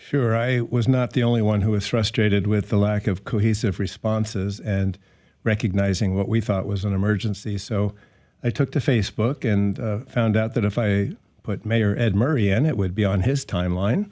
sure i was not the only one who was frustrated with the lack of cohesive responses and recognizing what we thought was an emergency so i took to facebook and found out that if i put mayor ed murray and it would be on his timeline